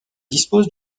dispose